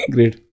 Great